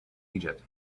egypt